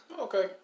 okay